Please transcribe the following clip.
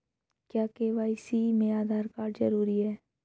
क्या के.वाई.सी में आधार कार्ड जरूरी है?